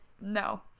No